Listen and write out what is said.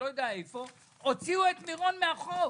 הוציאו את מירון מהחוק.